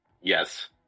Yes